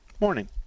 morning